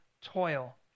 toil